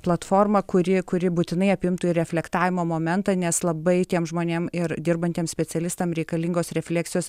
platformą kuri kuri būtinai apimtų reflektavimo momentą nes labai tiem žmonėm ir dirbantiem specialistam reikalingos refleksijos